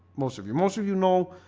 most of you most of you know,